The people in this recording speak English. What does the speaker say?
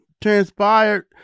transpired